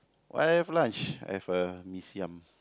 what I have lunch I have uh mee-siam